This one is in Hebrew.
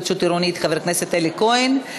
הרשות להתחדשות עירונית חבר הכנסת אלי כהן.